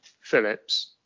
Phillips